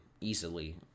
easily